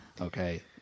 Okay